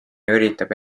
üritab